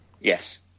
Yes